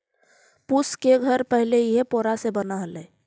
फूस के घर पहिले इही पोरा से बनऽ हलई